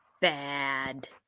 bad